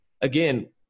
again